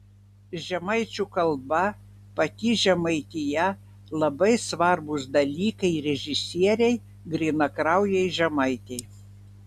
žemaičių kalba pati žemaitija labai svarbūs dalykai režisierei grynakraujei žemaitei